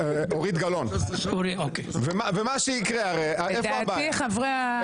לדעתי חברי הקואליציה ישמחו.